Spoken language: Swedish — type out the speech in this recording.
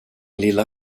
lilla